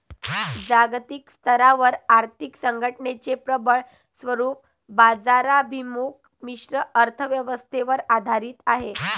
जागतिक स्तरावर आर्थिक संघटनेचे प्रबळ स्वरूप बाजाराभिमुख मिश्र अर्थ व्यवस्थेवर आधारित आहे